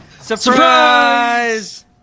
Surprise